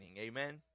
amen